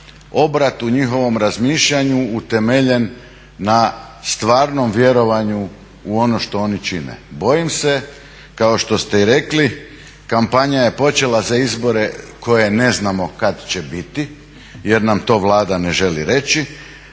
obrat u njihovom razmišljanju utemeljen na stvarnom vjerovanju u ono što oni čine. Bojim se kao što ste i rekli, kampanja je počela za izbore koje ne znamo kad će biti jer nam to Vlada ne želi reći,